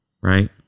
right